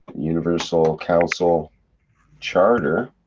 universal council charter,